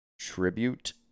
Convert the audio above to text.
tribute